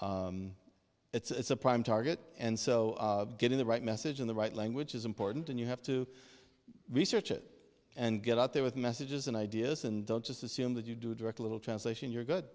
and it's a prime target and so getting the right message in the right language is important and you have to research it and get out there with messages and ideas and don't just assume that you do direct a little translation you're good